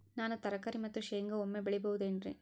ನಾನು ತರಕಾರಿ ಮತ್ತು ಶೇಂಗಾ ಒಮ್ಮೆ ಬೆಳಿ ಬಹುದೆನರಿ?